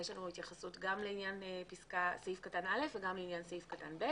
יש לנו התייחסות גם לעניין סעיף קטן (א) וגם לעניין סעיף קטן (ב),